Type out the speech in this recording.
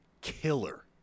killer